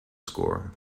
score